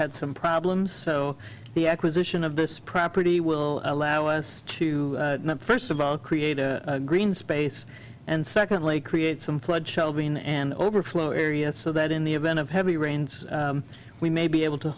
had some problems so the acquisition of this property will allow us to first about create a green space and secondly create some flood shelving and overflow areas so that in the event of heavy rains we may be able to